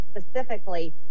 specifically